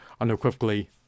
unequivocally